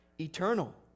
eternal